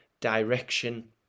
direction